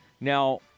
Now